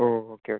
oh okay okay